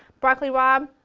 broccoli rabe,